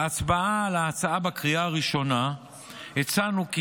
בהצבעה על ההצעה בקריאה ראשונה הצענו כי